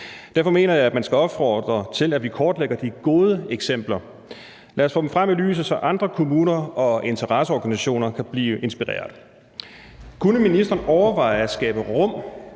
Derfor mener jeg, at man skal opfordre til, at vi kortlægger de gode eksempler. Lad os få dem frem i lyset, så andre kommuner og interesseorganisationer kan blive inspireret. Kunne ministeren overveje at skabe rum,